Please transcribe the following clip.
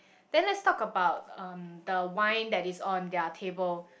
then let's talk about um the wine that is on their table